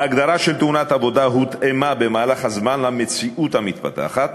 ההגדרה של "תאונת עבודה" הותאמה במהלך הזמן למציאות המתפתחת,